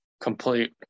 complete